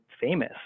famous